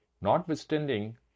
Notwithstanding